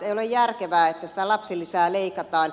ei ole järkevää että lapsilisää leikataan